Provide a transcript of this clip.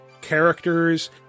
characters